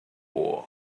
war